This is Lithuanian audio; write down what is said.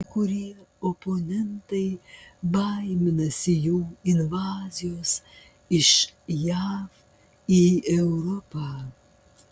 kai kurie oponentai baiminasi jų invazijos iš jav į europą